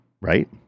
right